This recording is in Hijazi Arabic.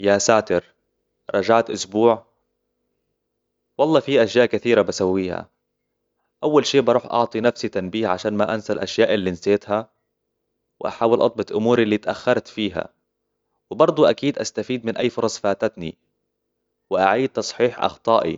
يا ساتر، رجعت أسبوع! والله في أشياء كثيرة بسويها. أول شيء بروح أعطي نفسي تنبيه عشان ما أنسي أشياء اللي نسيتها، وأحاول أضبط أموري اللي تأخرت فيها، وبرضو أكيد أستفيد من أي فرص فاتتني، وأعيد تصحيح أخطائي.